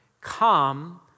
Come